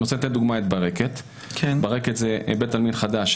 לדוגמה, ברקת הוא בית עלמין חדש.